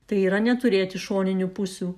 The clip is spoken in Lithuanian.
tai yra neturėti šoninių pusių